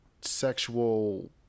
sexual